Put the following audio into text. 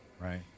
Right